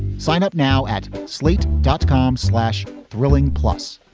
sign up now at slate dot com slash. thrilling plus.